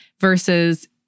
versus